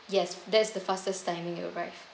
yes that's the fastest timing it'll arrive